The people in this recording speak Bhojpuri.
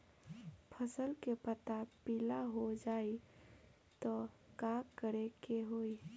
फसल के पत्ता पीला हो जाई त का करेके होई?